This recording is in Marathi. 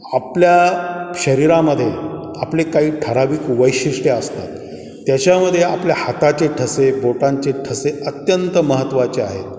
आपल्या शरीरामध्ये आपली काही ठराविक वैशिष्ट्यं असतात त्याच्यामध्ये आपल्या हाताचे ठसे बोटांचे ठसे अत्यंत महत्त्वाचे आहेत